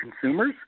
consumers